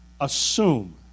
assume